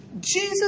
Jesus